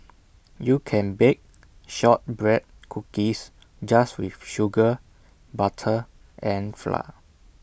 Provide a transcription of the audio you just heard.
you can bake Shortbread Cookies just with sugar butter and flour